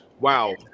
Wow